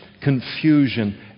confusion